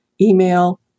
email